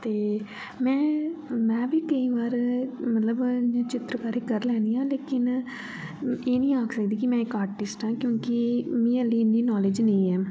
ते में में बी केईं बार मतलब चित्रकारी करी लैन्नी आं लेकिन एह् नी आक्खी सकदी के मैं इक आर्टिस्ट आं क्योंकि मी अल्ली इन्नी नालेज नि एह्